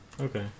Okay